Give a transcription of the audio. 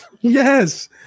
Yes